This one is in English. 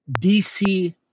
DC